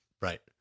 Right